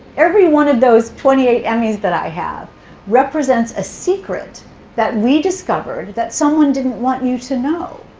every one of those twenty eight emmys that i have represents a secret that we discovered that someone didn't want you to know.